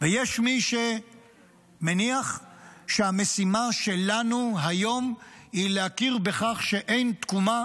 יש מי שמניח שהמשימה שלנו היום היא להכיר בכך שאין תקומה